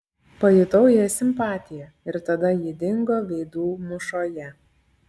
pajutau jai simpatiją ir tada ji dingo veidų mūšoje